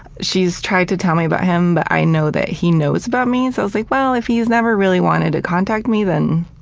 she's tried to tell me about him, but i know that he knows about me, so like if he's never really wanted to contact me then,